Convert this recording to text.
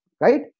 Right